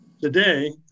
Today